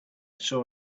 saw